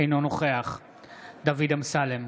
אינו נוכח דוד אמסלם,